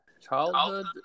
childhood